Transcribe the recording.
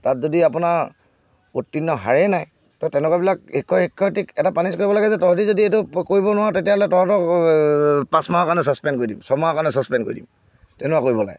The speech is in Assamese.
তাত যদি আপোনাৰ উত্তীৰ্ণৰ হাৰেই নাই ত' তেনেকুৱাবিলাক শিক্ষক শিক্ষয়ত্ৰীক এটা পানিছ কৰিব লাগে যে তহঁতি যদি এইটো কৰিব নোৱাৰ তেতিয়াহ'লে তহঁতক পাঁচমাহৰ কাৰণে ছাছপেণ্ড কৰি দিম ছয়মাহৰ কাৰণে ছাছপেণ্ড কৰি দিম তেনেকুৱা কৰিব লাগে